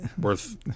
worth